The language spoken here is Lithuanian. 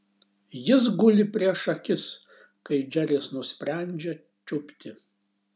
jis guli prieš akis kai džeris nusprendžia čiupti